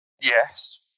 Yes